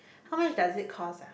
how much does it cost ah